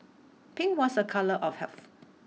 pink was a colour of health